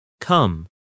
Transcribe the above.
Come